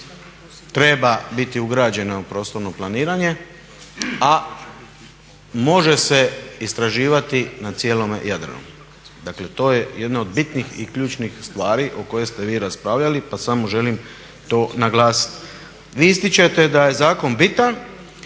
treba biti ugrađena u prostorno planiranje a može se istraživati na cijelome Jadranu. Dakle to je jedna od bitnih i ključnih stvari o kojoj ste vi raspravljali pa samo želim to naglasiti. Vi ističete da je zakon bitan,